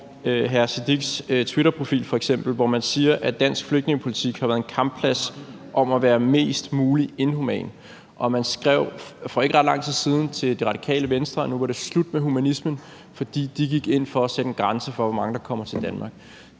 Siddiques twitterprofil, hvor man siger, at dansk flygtningepolitik har været en kampplads om at være mest mulig inhuman. Og man skrev for ikke ret lang tid siden til Radikale Venstre, at nu var det slut med humanismen, fordi de gik ind for at sætte en grænse for, hvor mange der kommer til Danmark.